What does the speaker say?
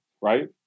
Right